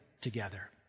together